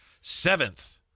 Seventh